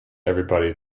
everybody